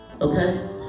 Okay